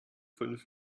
fünf